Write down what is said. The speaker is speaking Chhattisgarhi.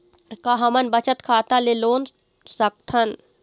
का हमन बचत खाता ले लोन सकथन?